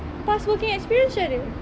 past working experience cam mana